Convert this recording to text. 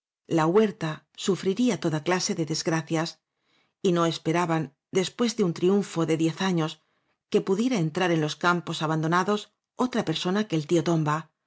la huerta sufriría toda clase de desgracias y no esperaban des pués de un triunfo de diez años que pudiera entrar en los campos abandonados otra per sona que el tío tomba